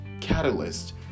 catalyst